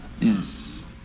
Yes